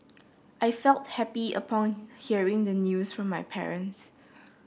I felt happy upon hearing the news from my parents